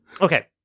okay